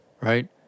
Right